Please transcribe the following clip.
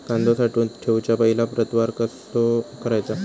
कांदो साठवून ठेवुच्या पहिला प्रतवार कसो करायचा?